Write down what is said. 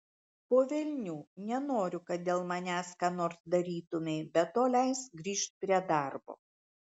po velnių nenoriu kad dėl manęs ką nors darytumei be to leisk grįžt prie darbo